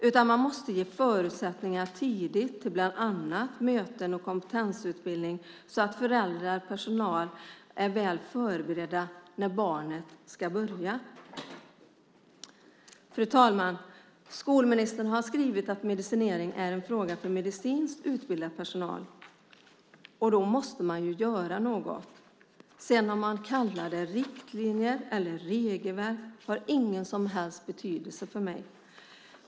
Man måste ge förutsättningar tidigt, bland annat möten och kompetensutbildning, så att föräldrar och personal är väl förberedda när barnet ska börja. Fru talman! Skolministern har skrivit att medicinering är en fråga för medicinskt utbildad personal. Då måste man göra något. Om man sedan kallar det riktlinjer eller regelverk har ingen som helst betydelse för mig.